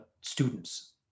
students